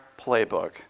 playbook